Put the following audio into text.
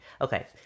Okay